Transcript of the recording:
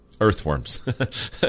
Earthworms